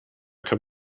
kann